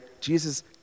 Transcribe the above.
Jesus